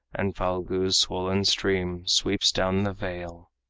and phalgu's swollen stream sweeps down the vale.